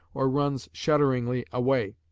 or runs shudderingly away.